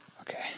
Okay